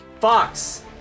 Fox